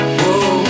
whoa